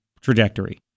trajectory